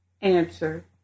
Answer